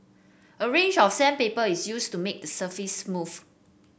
a range of sandpaper is used to make the surface smooth